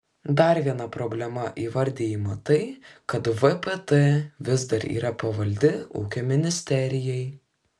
dar viena problema įvardijama tai kad vpt vis dar yra pavaldi ūkio ministerijai